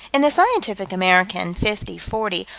in the scientific american, fifty forty,